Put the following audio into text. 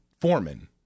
Foreman